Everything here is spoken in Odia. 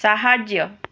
ସାହାଯ୍ୟ